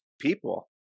people